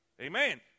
Amen